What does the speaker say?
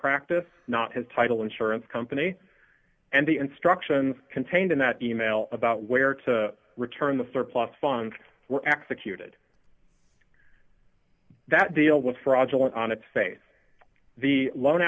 practice not his title insurance company and the instructions contained in that email about where to return the surplus funds were executed that deal was fraudulent on its face the lo